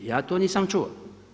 Ja to nisam čuo.